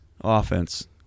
offense